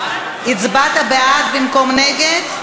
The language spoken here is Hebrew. הצבעת בעד במקום נגד?